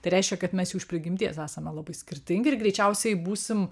tai reiškia kad mes jau iš prigimties esame labai skirtingi ir greičiausiai būsim